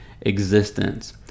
existence